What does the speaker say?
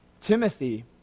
Timothy